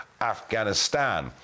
Afghanistan